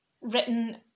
written